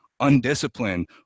undisciplined